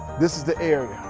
this is the area.